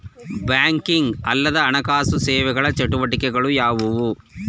Banking ಅಲ್ಲದ ಹಣಕಾಸು ಸೇವೆಗಳ ಚಟುವಟಿಕೆಗಳು ಯಾವುವು?